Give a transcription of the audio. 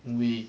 因为